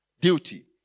Duty